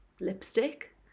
lipstick